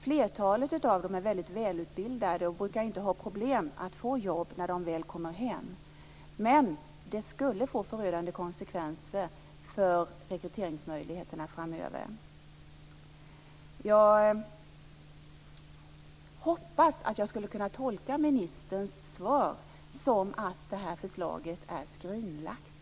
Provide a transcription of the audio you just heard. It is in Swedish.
Flertalet är väldigt välutbildade och brukar inte ha problem med att få jobb när de väl kommer hem, men förslaget skulle få förödande konsekvenser för rekryteringsmöjligheterna framöver. Jag hoppas att jag kan tolka ministerns svar så att det här förslaget är skrinlagt.